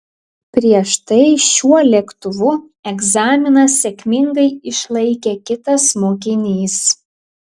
prieš tai šiuo lėktuvu egzaminą sėkmingai išlaikė kitas mokinys